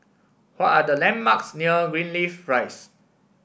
what are the landmarks near Greenleaf Rise